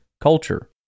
culture